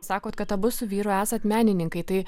sakot kad abu su vyru esat menininkai tai